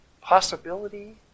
possibility